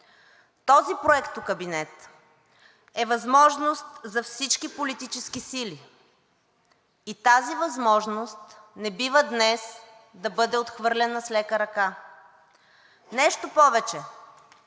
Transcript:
Този проектокабинет е възможност за всички политически сили и тази възможност не бива днес да бъде отхвърлена с лека ръка. Нещо повече,